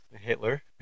Hitler